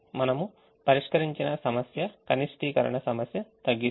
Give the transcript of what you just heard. మనము పరిష్కరించిన సమస్య కనిష్టీకరణ సమస్య తగ్గిస్తుంది